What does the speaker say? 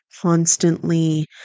constantly